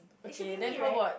okay then how about